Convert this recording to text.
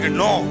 no